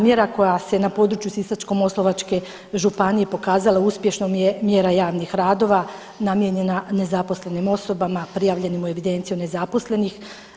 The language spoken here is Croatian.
Mjera koja se na području Sisačko-moslavačke županije pokazala uspješnom je mjera javnih radova namijenjena nezaposlenim osoba prijavljenim u evidenciju nezaposlenih.